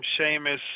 Seamus